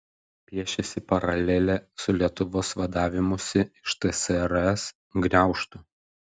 piešiasi paralelė su lietuvos vadavimusi iš tsrs gniaužtų